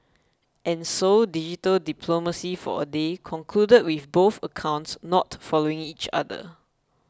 and so digital diplomacy for a day concluded with both accounts not following each other